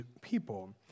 people